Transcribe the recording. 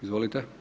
Izvolite.